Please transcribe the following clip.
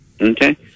Okay